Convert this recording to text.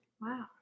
wow